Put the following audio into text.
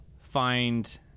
find